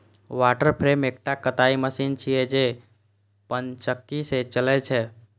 water frame एकटा कताइ machine छियै, जे पनचक्की सं चलै छै